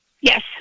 Yes